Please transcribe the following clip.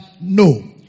No